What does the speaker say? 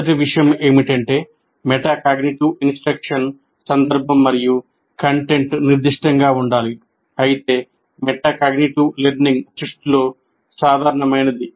మొదటి విషయం ఏమిటంటే మెటాకాగ్నిటివ్ ఇన్స్ట్రక్షన్ సందర్భం మరియు కంటెంట్ నిర్దిష్టంగా ఉండాలి అయితే మెటాకాగ్నిటివ్ లెర్నింగ్ సృష్టిలో సాధారణమైనది